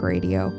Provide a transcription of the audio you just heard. Radio